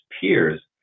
peers